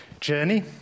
Journey